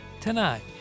Tonight